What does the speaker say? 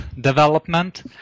development